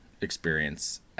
experience